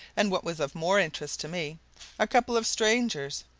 and what was of more interest to me a couple of strangers.